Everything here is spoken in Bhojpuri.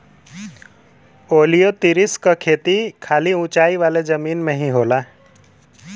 ओलियोतिरिस क खेती खाली ऊंचाई वाले जमीन में ही होला